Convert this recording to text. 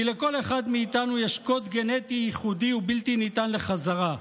כי לכל אחד מאיתנו יש קוד גנטי ייחודי ובלתי ניתן לחזרה.